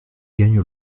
gagne